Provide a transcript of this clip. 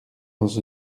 dans